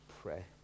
pray